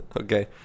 okay